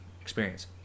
experience